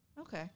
Okay